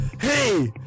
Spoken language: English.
Hey